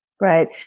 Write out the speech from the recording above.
right